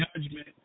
judgment